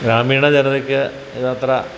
ഗ്രാമീണ ജനതക്ക് ഇതത്ര